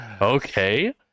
Okay